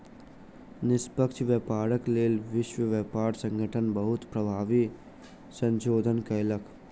निष्पक्ष व्यापारक लेल विश्व व्यापार संगठन बहुत प्रभावी संशोधन कयलक